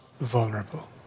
vulnerable